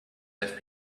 have